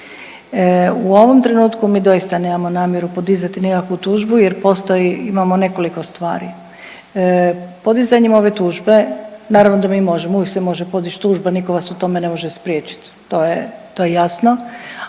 U ovom trenutku mi doista nemamo namjeru podizati nikakvu tužbu jer postoji, imamo nekoliko stvari. Podizanjem ove tužbe, naravno da mi možemo, uvijek se može podić tužba, niko vas u tome ne može spriječit, to je, to